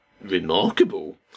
Remarkable